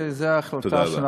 כי זו החלטה,